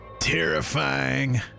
terrifying